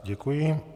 Děkuji.